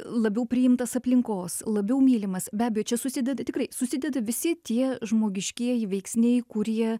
labiau priimtas aplinkos labiau mylimas be abejo čia susideda tikrai susideda visi tie žmogiškieji veiksniai kurie